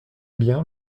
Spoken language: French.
bien